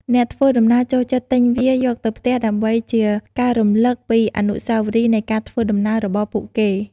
អ្នកធ្វើដំណើរចូលចិត្តទិញវាយកទៅផ្ទះ ដើម្បីជាការរំលឹកពីអនុស្សាវរីយ៍នៃការធ្វើដំណើររបស់ពួកគេ។